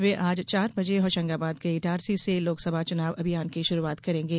वे आज चार बजे होशंगाबाद के इटारसी से लोकसभा चुनाव अभियान की शुरूआत करेंगे